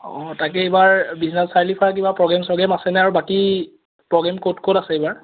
অঁ তাকে এইবাৰ বিশ্বনাথ চাৰিআলিৰ ফালে কিবা প্ৰ'গেম চগেম আছেনে আৰু বাকী প্ৰ'গেম ক'ত ক'ত আছে এইবাৰ